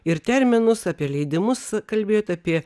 ir terminus apie leidimus kalbėjot apie